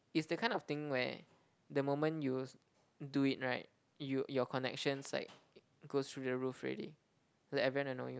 is the kind of thing where the moment you'll do it right you your connections like goes through the roof already like everyone will know you